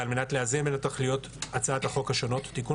ועל מנת לאזן בין תכליות הצעות החוק השונות תיקון